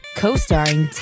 co-starring